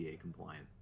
compliant